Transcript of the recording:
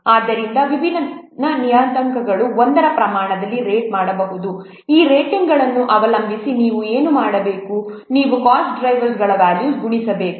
ಆದ್ದರಿಂದ ಈ ವಿಭಿನ್ನ ನಿಯತಾಂಕಗಳನ್ನು ಒಂದರ ಪ್ರಮಾಣದಲ್ಲಿ ರೇಟ್ ಮಾಡಬಹುದು ಈ ರೇಟಿಂಗ್ಗಳನ್ನು ಅವಲಂಬಿಸಿ ನೀವು ಏನು ಮಾಡಬೇಕುನೀವು ಕೋಸ್ಟ್ ಡ್ರೈವರ್ ವ್ಯಾಲ್ಯೂಸ್ ಗುಣಿಸಬೇಕು